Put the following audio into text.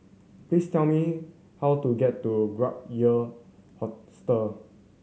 please tell me how to get to Gap Year Hostel